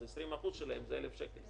אז 20% שלהם זה 1,000 שקל,